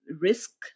risk